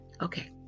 okay